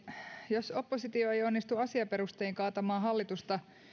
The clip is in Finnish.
jos oppositio ei onnistu asiaperustein kaatamaan hallitusta